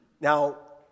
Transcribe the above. Now